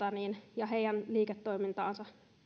ja niiden liiketoimintaan